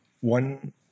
one